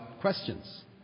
questions